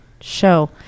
show